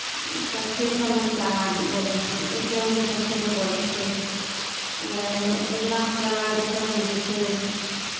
सगठे सभरङ्गके आवाज बोलै छै एके रङ्गके सगठे नहि बोलै छै गुजरातके आवाज दोसर रङ्गके छै